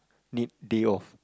need day off